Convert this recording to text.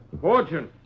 Fortune